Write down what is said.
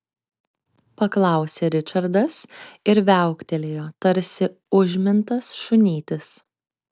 paklausė ričardas ir viauktelėjo tarsi užmintas šunytis